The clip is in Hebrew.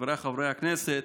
חבריי חברי הכנסת,